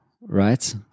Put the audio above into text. right